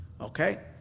Okay